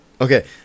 okay